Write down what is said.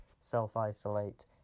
self-isolate